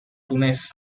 túnez